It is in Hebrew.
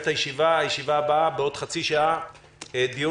הישיבה הבאה תתקיים בעוד חצי שעה והנושא יהיה: דיון